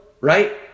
right